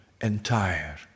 entire